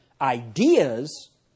ideas